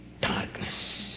darkness